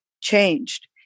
changed